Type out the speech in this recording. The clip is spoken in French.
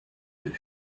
deux